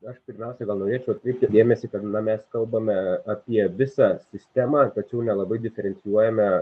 aš pirmiausiai gal norėčiau atkreipti dėmesį kad mes kalbame apie visą sistemą tačiau nelabai diferencijuojame